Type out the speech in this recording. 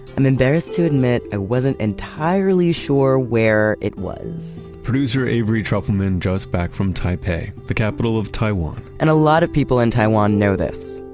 and embarrassed to admit i wasn't entirely sure where it was producer avery trufelman just back from taipei, the capital of taiwan and a lot of people in taiwan know this,